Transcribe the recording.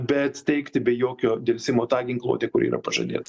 bet steigti be jokio delsimo tą ginkluotę kuri yra pažadėta